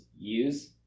use